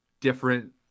different